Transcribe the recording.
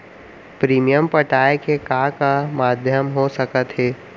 Premium पटाय के का का माधयम हो सकत हे?